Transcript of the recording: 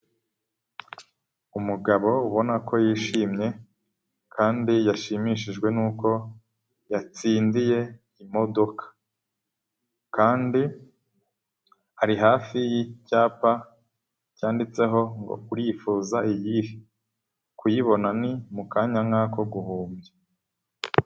Umugabo ubona ko yishimye kandi yashimishijwe n'uko yatsindiye imodoka kandi ari hafi y'icyapa cyanditseho ngo urifuza iyihe, kuyibona ni mu kanya nk'ako guhumbya.